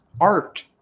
art